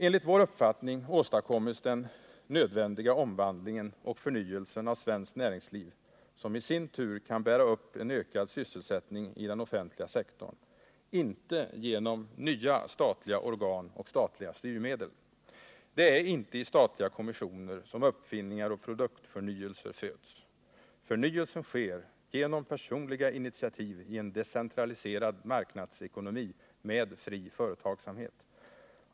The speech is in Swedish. Enligt vår uppfattning åstadkommes den nödvändiga omvandlingen och förnyelsen av svenskt näringsliv, som i sin tur kan bära upp en ökad sysselsättning i den offentliga sektorn, inte genom nya statliga organ och statliga styrmedel. Det är inte i statliga kommissioner som uppfinningar föds och produktförnyelser görs. Förnyelsen sker genom personliga initiativ i en decentraliserad marknadsekonomi med fri företagsamhet.